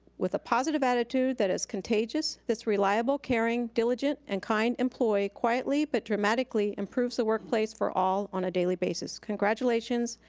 with a positive attitude that is contagious, this reliable, caring, diligent, and kind employee quietly, but dramatically improves the workplace for all on a daily basis. congratulations,